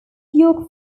york